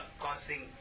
causing